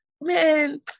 man